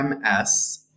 ms